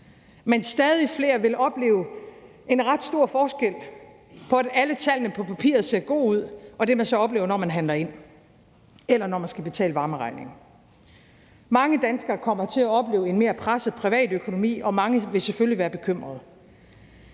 Men stadig flere vil opleve en ret stor forskel på det, at alle tallene på papiret ser gode ud, og det, man så oplever, når man handler ind, eller når man skal betale varmeregningen. Mange danskere kommer til at opleve en mere presset privatøkonomi, og mange vil selvfølgelig være bekymrede.